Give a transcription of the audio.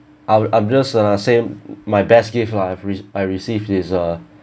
I'll I'm just uh same my best gift lah I've re~ I've received is ah